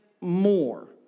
more